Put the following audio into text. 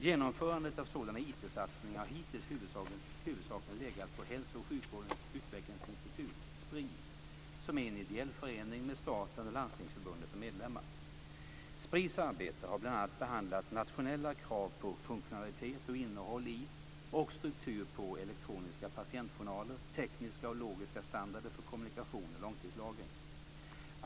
Genomförandet av sådana IT-satsningar har hittills huvudsakligen legat på Hälso och sjukvårdens utvecklingsinstitut , som är en ideell förening med staten och Landstingsförbundet som medlemmar. Spris arbete har bl.a. behandlat nationella krav på funktionalitet och innehåll i samt struktur på elektroniska patientjournaler, tekniska och logiska standarder för kommunikation och långtidslagring.